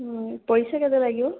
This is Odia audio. ପଇସା କେତେ ଲାଗିବ